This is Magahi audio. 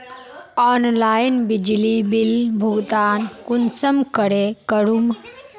ऑनलाइन बिजली बिल भुगतान कुंसम करे करूम?